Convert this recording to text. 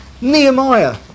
Nehemiah